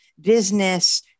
business